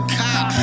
cop